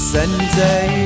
Sunday